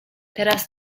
teraz